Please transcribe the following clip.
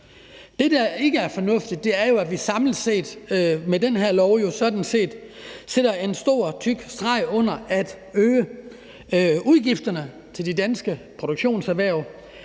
det, der ikke er fornuftigt, er jo, at vi samlet set med den her lovgivningjo sådan set sætter en stor, tyk streg under at øge udgifterne for de danske produktionserhverv.